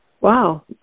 Wow